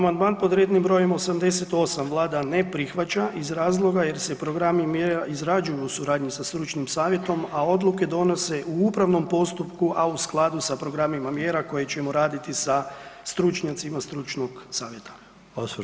Amandman pod rednim br. 88 vlada ne prihvaća iz razloga jer se programi mjera izrađuju u suradnji sa stručnim savjetom, a odluke donose u upravnom postupku, a u skladu sa programima mjera koje ćemo raditi sa stručnjacima stručnog savjeta.